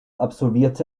absolvierte